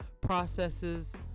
processes